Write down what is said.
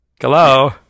Hello